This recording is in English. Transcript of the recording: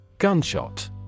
Gunshot